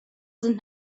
sind